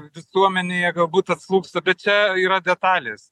visuomenėje galbūt atslūgsta bet čia yra detalės